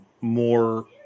more